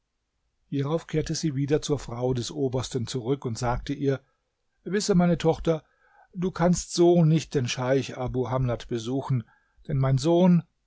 hierauf kehrte sie wieder zur frau des obersten zurück und sagte ihr wisse meine tochter du kannst so nicht den scheich abu hamlat besuchen denn mein sohn